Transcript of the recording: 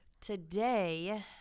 Today